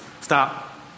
stop